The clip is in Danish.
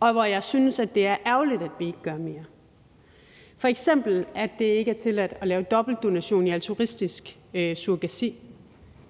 og hvor jeg synes det er ærgerligt at vi ikke gør mere, f.eks. at det ikke er tilladt at lave dobbeltdonation i forbindelse med altruistisk surrogati